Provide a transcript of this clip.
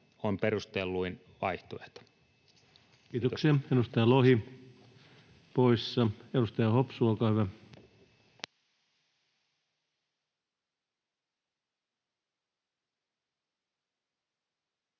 on perustelluin vaihtoehto. Kiitoksia. — Edustaja Lohi poissa. — Edustaja Hopsu, olkaa hyvä.